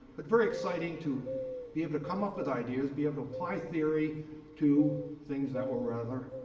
but very exciting to be able to come up with ideas, be able to apply theory to things that were rather